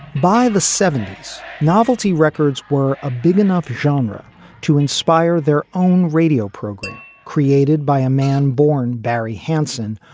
by the seventy s, novelty records were a big enough genre to inspire their own radio program created by a man born barry hansen,